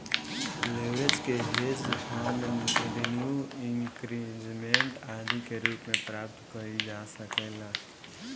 leverage के hedge fund renew increment आदि के रूप में प्राप्त कईल जा सकेला